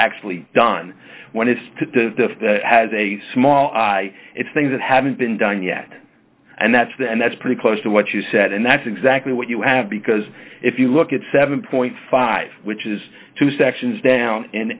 actually done when it's to as a small it's things that haven't been done yet and that's that and that's pretty close to what you said and that's exactly what you have because if you look at seven dollars which is two sections down